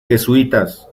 jesuitas